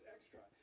Extra